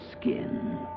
skin